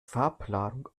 farbladung